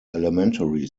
elementary